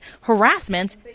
harassment